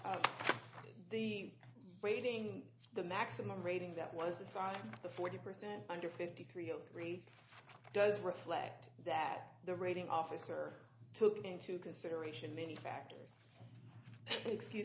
say the waiting the maximum rating that was assigned the forty percent under fifty three zero three does reflect that the rating officer took into consideration many factors excuse